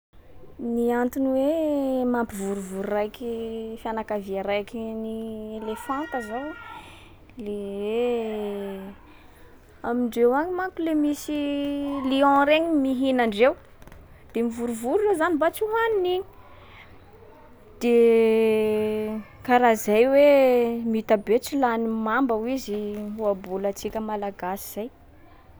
Ny antony hoe mampivorivory raiky fianakavià raiky ny elefanta zao, le hoe amindreo agny manko le misy lion regny mihinandreo, de mivorivory reo zany mba tsy hohanin’iny. De karaha zay hoe mitabe tsy lanin’ny mamba hozy ohabolantsika malagasy zay.